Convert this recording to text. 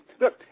look